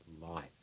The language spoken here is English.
life